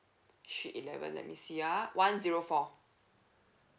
sheet eleven let me see ah one zero four